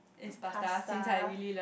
pasta